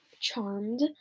Charmed